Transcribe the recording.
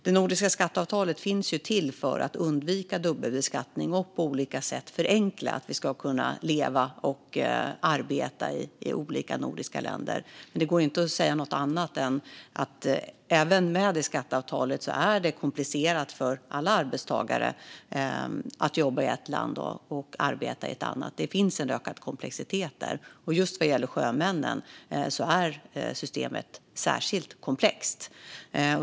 Det nordiska skatteavtalet finns till för att undvika dubbelbeskattning och för att på olika sätt förenkla att bo och arbeta i olika nordiska länder. Men det går inte att säga något annat än att det även med det skatteavtalet är komplicerat för alla arbetstagare att bo i ett land och arbeta i ett annat. Det finns en ökad komplexitet där. Vad gäller just sjömännen är systemet särskilt komplext.